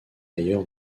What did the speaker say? ailleurs